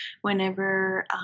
whenever